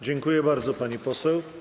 Dziękuję bardzo, pani poseł.